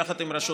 יחד עם רשות,